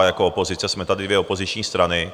Jako opozice jsme tady dvě opoziční strany.